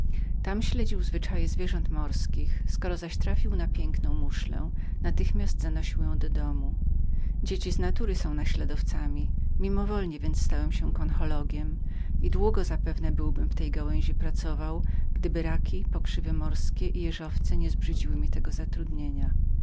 tam śledził zwyczaje zwierząt morskich skoro zaś trafiał na piękną muszlę natychmiast zanosił ją do domu dzieci z natury są naśladowcami mimowolnie więc stałem się konchyologiem i i długo zapewne byłbym w tej gałęzi pracował gdyby raki pokrzywy morskie i niedźwiadki nie były mi zbrzydziły tego zatrudnienia